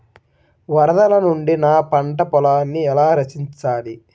వరదల నుండి నా పంట పొలాలని ఎలా రక్షించాలి?